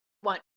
one